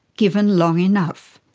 given long enough.